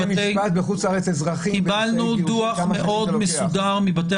בתי משפט בחוץ לארץ --- קיבלנו דוח מאוד מסודר מבתי